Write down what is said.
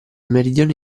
meridione